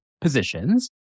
positions